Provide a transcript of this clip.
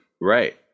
right